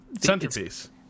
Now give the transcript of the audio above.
Centerpiece